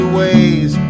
ways